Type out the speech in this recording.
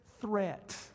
threat